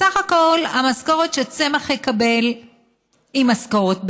בסך הכול המשכורת שצמח יקבל היא באמת משכורת רעב.